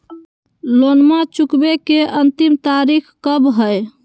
लोनमा चुकबे के अंतिम तारीख कब हय?